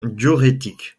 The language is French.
diurétique